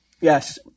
Yes